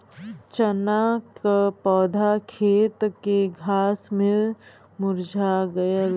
चन्ना क पौधा खेत के घास से मुरझा गयल